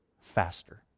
faster